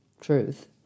truth